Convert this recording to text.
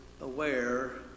aware